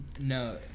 No